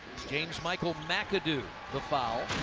james michael mcadoo, the foul.